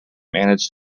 manage